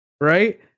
right